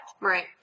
Right